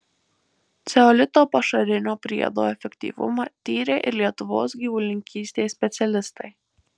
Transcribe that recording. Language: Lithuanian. ceolito pašarinio priedo efektyvumą tyrė ir lietuvos gyvulininkystės specialistai